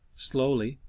slowly,